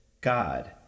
God